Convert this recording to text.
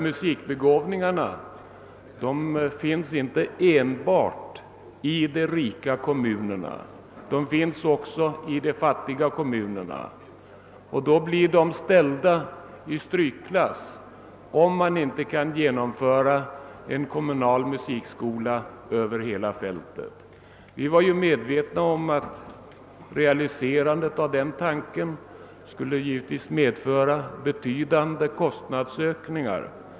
Musikbegåvningarna finns nämligen inte enbart i de rika kommunerna, utan också i de fattiga, och de blir där ställda i strykklass om det inte kan införas en kommunal musikskola över hela fältet. Vi har inom kommittén varit medvetna om att realiserandet av en sådan tanke skulle medföra betydande kostnadsökningar.